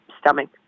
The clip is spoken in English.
stomach